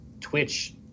Twitch